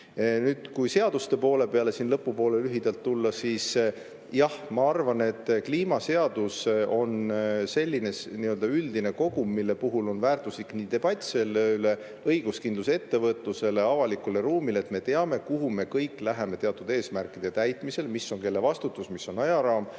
Nüüd, kui seaduste poole peale siin lõpu poole lühidalt tulla, siis jah, ma arvan, et kliimaseadus on selline üldine kogum, mille puhul on väärtuslik debatt selle üle, õiguskindlus ettevõtlusele, avalikule ruumile, et me teame, kuhu me kõik läheme teatud eesmärkide täitmisel, mis on kelle vastutus, mis on ajaraam.